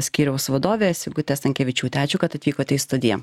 skyriaus vadovė sigutė stankevičiūtė ačiū kad atvykote į studiją